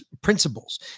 principles